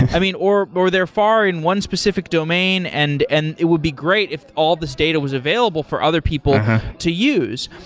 i mean, or or they're far in one specific domain and and it would be great if all this data was available for other people to use.